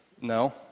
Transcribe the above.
No